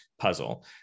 puzzle